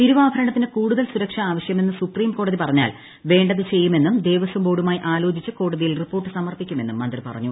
തിരുവാഭരണത്തിനു കൂടുതൽ സുരക്ഷ ആവശ്യമെന്ന് സൂപ്രീംകോടതി പറഞ്ഞാൽ വേണ്ടതു ചെയ്യുമെന്നും ദേവസ്വം ബോർഡുമായി ആലോചിച്ച് കോടതിയിൽ റിപ്പോർട്ട് സമർപ്പിക്കുമെന്നും മന്ത്രി പറഞ്ഞു